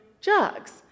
jugs